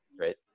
right